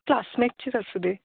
क्लासमेटचीच असू दे